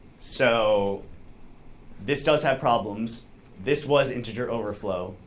so this does have problems this was integer overflow,